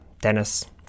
Dennis